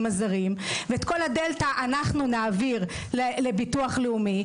הזרים; אנחנו נעביר את כל הדלתא לביטוח הלאומי,